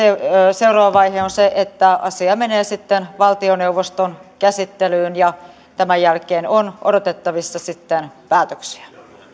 seuraava vaihe on se että asia menee valtioneuvoston käsittelyyn ja tämän jälkeen on odotettavissa päätöksiä